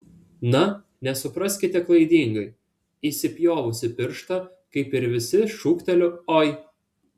na nesupraskite klaidingai įsipjovusi pirštą kaip ir visi šūkteliu oi